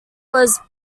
was